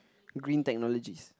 green technologies